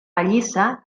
pallissa